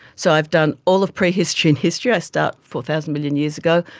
so i've done all of prehistory and history. i start four thousand million years ago,